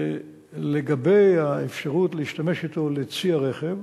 לגבי האפשרות להשתמש בו לצי הרכב,